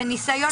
זה ניסיון,